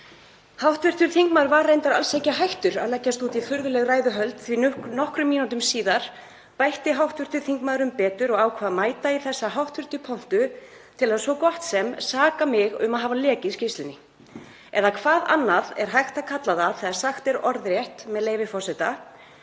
Hv. þingmaður var reyndar alls ekki hættur að leggjast út í furðuleg ræðuhöld því nokkrum mínútum síðar bætti hann um betur og ákvað að mæta í þessa háttvirtu pontu til að saka mig svo gott sem um að hafa lekið skýrslunni. Eða hvað annað er hægt að kalla það þegar sagt er orðrétt, með leyfi forseta: